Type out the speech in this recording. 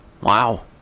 Wow